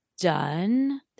done